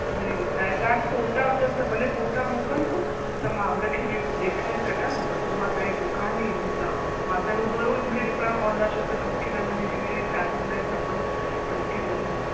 जी ऐं तव्हांखे फ़ोटा हुजनि त भले फ़ोटा मोकिलजो त मां उनखे बि ॾेखारे सघां न त पोइ मां तव्हांजी दुकानु ई ईंदीसाव मां त रूबरू ई मूंखे ॾिसणा पवंदा छोकि त मूंखे त मुंहिंजी धीअ जी शादी लाइ खपनि त मूंखे हूअंई